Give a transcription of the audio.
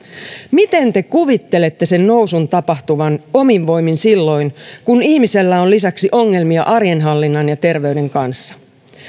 miten te kuvittelette sen nousun tapahtuvan omin voimin silloin kun ihmisellä on lisäksi ongelmia arjenhallinnan ja terveyden kanssa